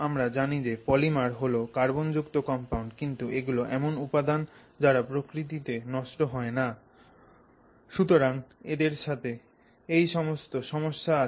আমরা জানি যে পলিমার হল কার্বনযুক্ত কম্পাউন্ড কিন্তু এগুলো এমন উপাদান যা প্রকৃতিতে নষ্ট হয় না সুতরাং এদের সাথে এই সমস্ত সমস্যা আছে